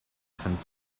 kann